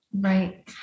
Right